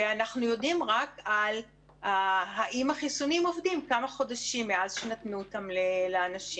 ואנחנו יודעים רק אם החיסונים עובדים כמה חודשים מאז שנתנו אותם לאנשים.